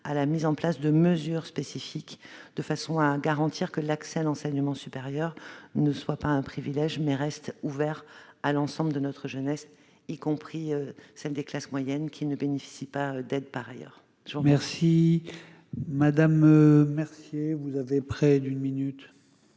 à la mise en place de mesures spécifiques de façon à garantir que l'accès à l'enseignement supérieur ne soit pas un privilège, mais reste ouvert à l'ensemble de notre jeunesse, y compris celle des classes moyennes qui ne bénéficient pas d'aides par ailleurs. La parole est à Mme Marie Mercier,